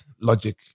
logic